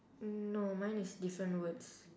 mm no mine is different words